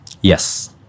Yes